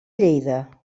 lleida